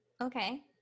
Okay